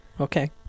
okay